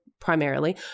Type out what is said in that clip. primarily